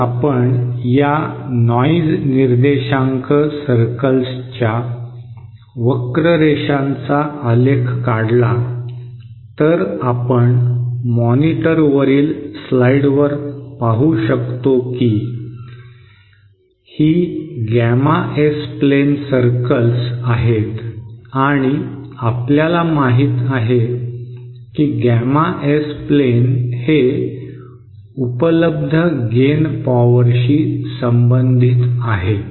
जर आपण या नॉइज निर्देशांक सर्कल्सच्या वक्ररेषांचा आलेख काढला तर आपण मॉनिटरवरील स्लाइड्सवर पाहू शकतो की ही गॅमा एस प्लेन सर्कल्स आहेत आणि आपल्याला माहित आहे की गॅमा एस प्लेन हे उपलब्ध गेन पॉवरशी संबंधित आहे